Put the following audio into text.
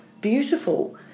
beautiful